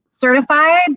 certified